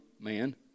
man